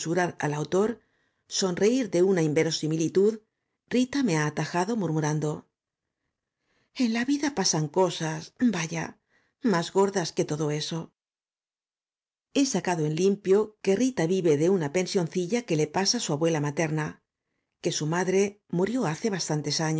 al autor sonreír de una inverosimilitud rita me ha atajado murmurando en la vida pasan cosas vaya más gordas que todo eso he sacado en limpio que rita vive de una pensioncilla que le pasa su abuela materna que su madre murió hace bastantes años